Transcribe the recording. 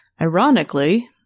Ironically